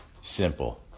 Simple